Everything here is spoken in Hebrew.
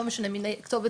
לא משנה כתובת-רחוב,